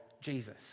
Jesus